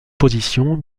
positions